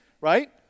right